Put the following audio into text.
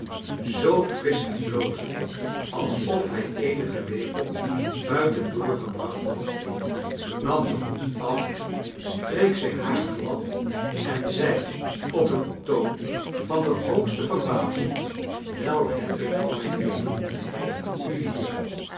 zoo frisch en blozend alsof hij eenige weken buiten doorgebracht had nam den hoed af streek zijn haar glad en zei op een toon van de hoogste verbazing wel heb ik van mijn leven bent u hier